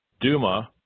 Duma